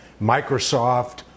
microsoft